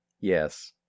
Yes